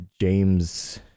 James